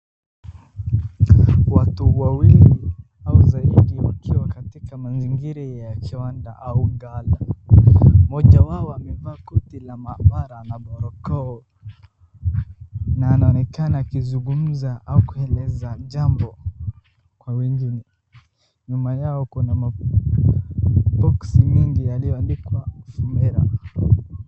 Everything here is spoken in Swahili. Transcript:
Watu wawili au zaidi wakiwa katika mazingira ya kiwanda au gala. Mmoja wao amevaa koti la maabara na barakoa na anaonekana akizungumza au kueleza jambo kwa wengine. Nyuma yao kuna maboksi mengi yaliyoandikwa Fumera .